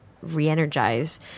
re-energize